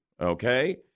okay